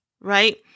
right